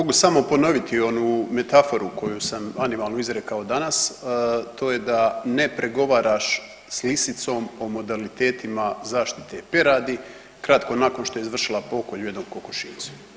Mogu samo ponoviti onu metaforu koju sam animalnu izrekao danas, a to je da ne pregovaraš s lisicom o modalitetima zaštite peradi, kratko nakon što je izvršila pokolj u jednom kokošinjcu.